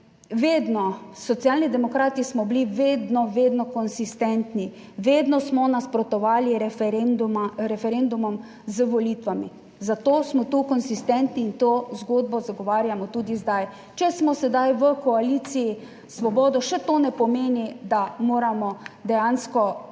vedno Socialni demokrati smo bili vedno, vedno konsistentni, vedno smo nasprotovali referendumom z volitvami. Zato smo tu konsistentni in to zgodbo zagovarjamo tudi zdaj. Če smo sedaj v koaliciji s Svobodo, še to ne pomeni, da moramo dejansko naše